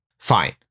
Fine